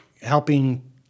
helping